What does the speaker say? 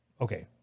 okay